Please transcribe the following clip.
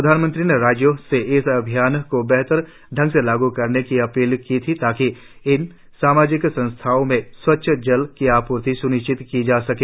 प्रधानमंत्री ने राज्यों से इस अभियान को बेहतर ढंग से लागू करने की अपील की थी ताकि इन सार्वजनिक संस्थाओं में स्वच्छ जल की आपूर्ति स्निश्चित की जा सके